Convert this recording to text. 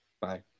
Bye